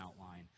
outline